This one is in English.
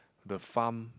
the farm